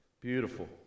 Beautiful